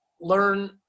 learn